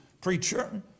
preacher